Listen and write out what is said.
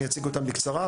אני אציג אותם בקצרה,